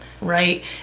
right